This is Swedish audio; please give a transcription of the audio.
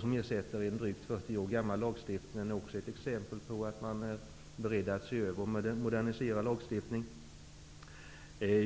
som ersätter en drygt 40 år gammal lagstiftning, är också ett exempel på att man är beredd att se över och modernisera lagstiftningen.